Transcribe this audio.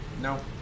No